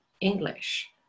English